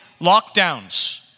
lockdowns